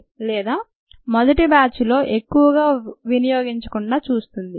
లేదా మొదటి బ్యాచ్లో ఎక్కవగా వినియోగించకుండా చూస్తుంది